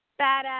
badass